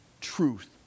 truth